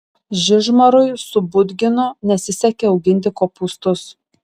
žižmarui su budginu nesisekė auginti kopūstus